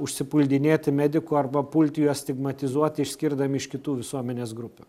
užsipuldinėti medikų arba pulti juos stigmatizuoti išskirdami iš kitų visuomenės grupių